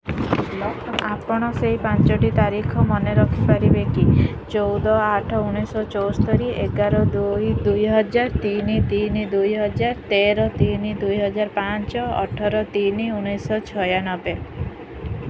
ଆପଣ ସେଇ ପାଞ୍ଚଟି ତାରିଖ ମନେ ରଖିପାରିବେ କି ଚଉଦ ଆଠ ଉଣେଇଶି ଶହ ଚଉସ୍ତରି ଏଗାର ଦୁଇ ଦୁଇ ହଜାର ତିନି ତିନି ଦୁଇ ହଜାର ତେର ତିନି ଦୁଇ ହଜାର ପାଞ୍ଚ ଅଠର ତିନି ଉଣେଇଶି ଶହ ଛୟାନବେ